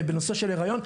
בנושא של הריון.